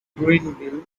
greenville